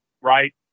right